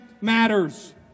matters